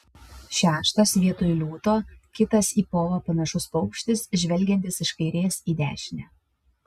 šeštas vietoj liūto kitas į povą panašus paukštis žvelgiantis iš kairės į dešinę